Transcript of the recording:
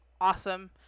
awesome